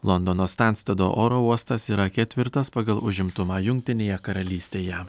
londono stanstedo oro uostas yra ketvirtas pagal užimtumą jungtinėje karalystėje